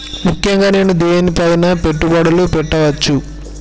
ముఖ్యంగా నేను దేని పైనా పెట్టుబడులు పెట్టవచ్చు?